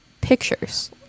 pictures